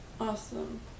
Awesome